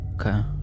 okay